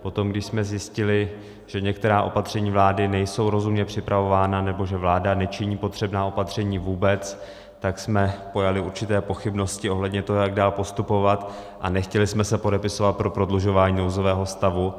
Potom, když jsme zjistili, že některá opatření vlády nejsou rozumně připravována nebo že vláda nečiní potřebná opatření vůbec, jsme pojali určité pochybnosti ohledně toho, jak dál postupovat, a nechtěli jsme se podepisovat pro prodlužování nouzového stavu.